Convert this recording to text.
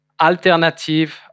alternative